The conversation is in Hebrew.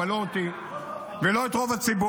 אבל לא אותי ולא את רוב הציבור.